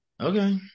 Okay